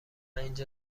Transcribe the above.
اینجا